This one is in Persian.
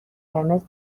قرمز